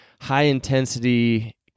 high-intensity